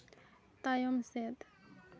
ᱛᱟᱭᱚᱢ ᱥᱮᱫ